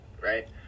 right